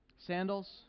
Sandals